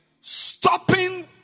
Stopping